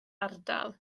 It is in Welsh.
ardal